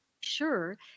Sure